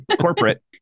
Corporate